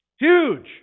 Huge